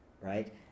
right